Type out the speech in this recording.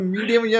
Medium